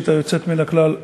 אחריו, חבר הכנסת עמר בר-לב.